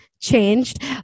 changed